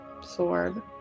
sword